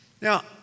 Now